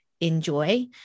enjoy